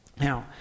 Now